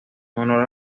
honor